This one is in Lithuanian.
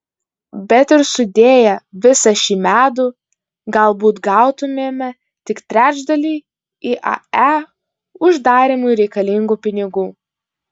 bet ir sudėję visą šį medų galbūt gautumėme tik trečdalį iae uždarymui reikalingų pinigų